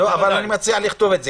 אני מציע לכתוב את זה.